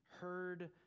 heard